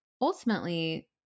ultimately-